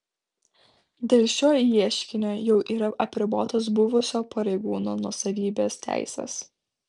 dėl šio ieškinio jau yra apribotos buvusio pareigūno nuosavybės teisės